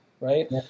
right